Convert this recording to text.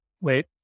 Wait